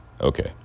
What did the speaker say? Okay